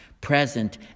present